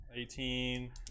eighteen